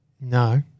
No